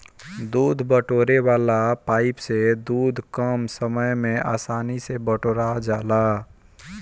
दूध बटोरे वाला पाइप से दूध कम समय में आसानी से बटोरा जाला